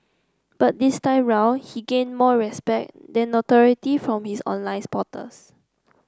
but this time round he gained more respect than notoriety from his online supporters